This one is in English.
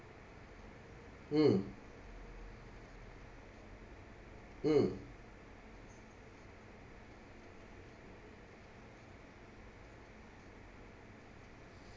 mm mm